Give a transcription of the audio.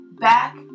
back